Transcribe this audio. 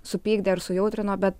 supykdė ir sujautrino bet